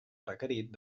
requerit